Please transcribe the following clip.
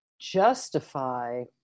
justify